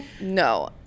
No